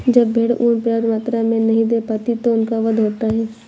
जब भेड़ ऊँन पर्याप्त मात्रा में नहीं दे पाती तो उनका वध होता है